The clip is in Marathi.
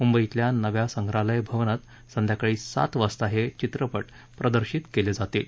मुंबईतल्या नव्या संग्रहालय भवनात संध्याकाळी सात वाजता हे चित्रपट प्रदर्शित केले जातील